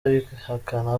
abihakana